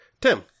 Tim